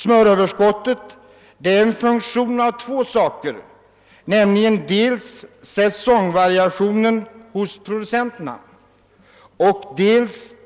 Smöröverskottet är en funktion av två förhållanden, nämligen dels säsongvaria tionen hos producenterna, dels